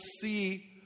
see